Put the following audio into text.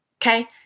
Okay